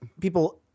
people